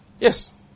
Yes